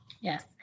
Yes